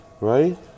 Right